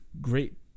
great